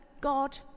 God